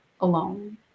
alone